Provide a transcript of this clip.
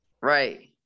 Right